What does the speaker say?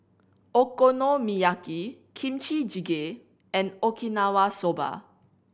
Okonomiyaki Kimchi Jjigae and Okinawa Soba